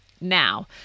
now